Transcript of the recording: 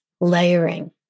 layering